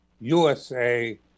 USA